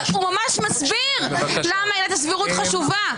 הוא ממש מסביר למה עילת הסבירות חשובה,